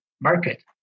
market